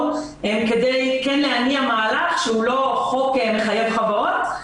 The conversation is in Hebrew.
כדי כן להניע מהלך שהוא לא חוק מחייב חברות.